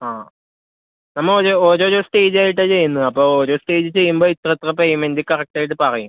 ആ നമ്മള് ഒരു ഓരോരോ സ്റ്റേജായിട്ടാണു ചെയ്യുന്നത് അപ്പോള് ഓരോ സ്റ്റേജ് ചെയ്യുമ്പോള് ഇത്രയിത്ര പേയ്മെൻറ്റ് കറക്റ്റായിട്ടു പറയും